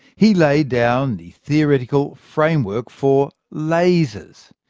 he laid down the theoretical framework for lasers.